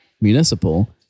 municipal